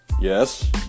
Yes